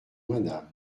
madame